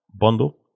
bundle